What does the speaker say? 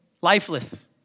lifeless